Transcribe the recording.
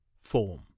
form